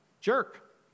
jerk